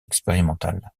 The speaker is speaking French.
expérimentale